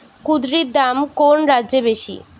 কুঁদরীর দাম কোন রাজ্যে বেশি?